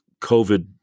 COVID